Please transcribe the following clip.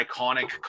iconic